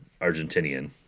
Argentinian